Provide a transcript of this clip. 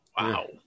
Wow